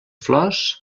flors